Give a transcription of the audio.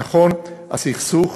נכון, הסכסוך